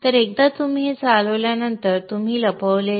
तर एकदा आपण ते चालवल्यानंतर आपण लपविलेल्या